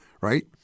right